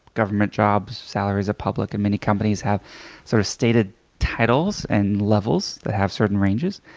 government jobs salaries are public and many companies have sort of stated titles and levels that have certain ranges.